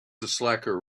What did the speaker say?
slacker